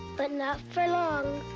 but not for long.